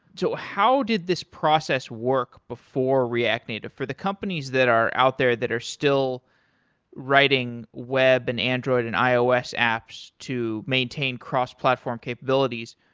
so how did this process work before react native? for the companies that are out there that are still writing web and android and ios apps to maintain cross-platform capabilities,